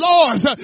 Lords